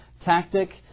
tactic